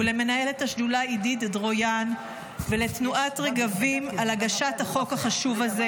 למנהלת השדולה אידית דרויאן ולתנועת רגבים על הגשת החוק החשוב הזה.